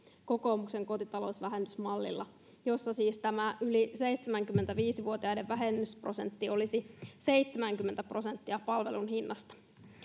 kokoomuksen kotitalousvähennysmallilla jossa siis tämä yli seitsemänkymmentäviisi vuotiaiden vähennysprosentti olisi seitsemänkymmentä prosenttia palvelun hinnasta